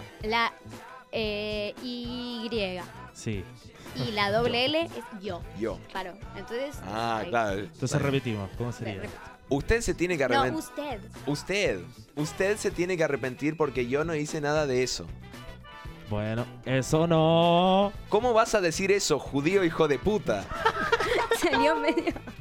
La, eh, i griega, Sí. y la Yo. doble L es yo. Yo. Claro, entonces, Ah, hay- claro, Entonces está bien. repetimos, ¿cómo sería? Ve, repito. Usted se tiene que arrepent- No, usted. Usted. Usted se tiene que arrepentir porque yo no hice nada de eso. Bueno, eso no. ¿Cómo vas a decir eso, judío hijo de puta? Salió medio-